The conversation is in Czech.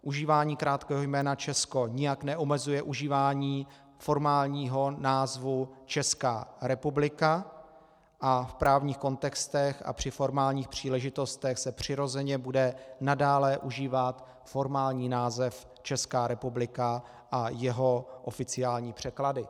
Užívání krátkého jména Česko nijak neomezuje užívání formálního názvu Česká republika a v právních kontextech a při formálních příležitostech se přirozeně bude nadále užívat formální název Česká republika a jeho oficiální překlady.